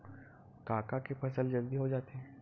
का का के फसल जल्दी हो जाथे?